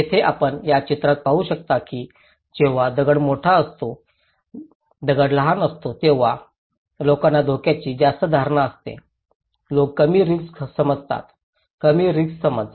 येथे आपण या चित्रात पाहू शकता की जेव्हा दगड मोठा असतो दगड लहान असतो तेव्हा लोकांना धोक्याची जास्त धारणा असते लोक कमी रिस्क समजतात कमी रिस्क समज